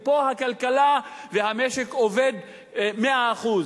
ופה הכלכלה והמשק עובדים מאה אחוז,